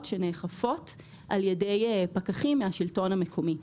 שנאכפות על ידי פקחים מהשלטון המקומי.